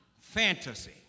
fantasy